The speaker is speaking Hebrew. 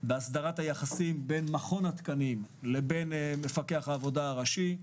בהסדרת היחסים בין מכון התקנים לבין מפקח העבודה הראשי.